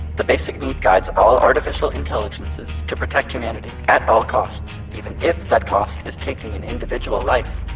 the basic need guides all artificial intelligences to protect humanity at all costs even if that cost is taking an individual life.